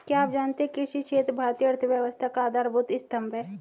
क्या आप जानते है कृषि क्षेत्र भारतीय अर्थव्यवस्था का आधारभूत स्तंभ है?